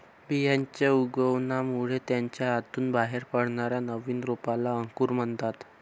बियांच्या उगवणामुळे त्याच्या आतून बाहेर पडणाऱ्या नवीन रोपाला अंकुर म्हणतात